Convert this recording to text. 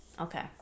Okay